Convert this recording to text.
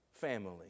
family